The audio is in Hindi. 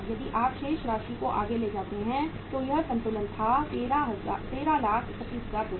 यदि आप शेष राशि को आगे ले जाते हैं तो यह संतुलन था 1331250